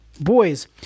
boys